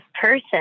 person